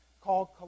called